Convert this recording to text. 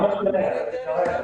עדיין לא.